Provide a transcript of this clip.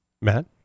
Matt